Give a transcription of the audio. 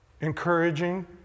encouraging